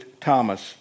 Thomas